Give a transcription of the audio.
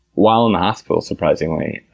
while in the hospital, surprisingly,